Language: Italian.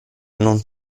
non